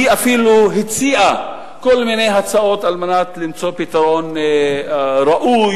אפילו הציעה כל מיני הצעות כדי למצוא פתרון ראוי,